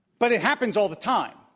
but it happens all the time.